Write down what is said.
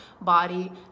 body